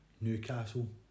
Newcastle